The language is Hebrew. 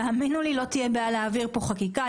תאמינו לי שלא תהיה בעיה להעביר כאן חקיקה.